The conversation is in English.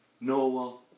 Noah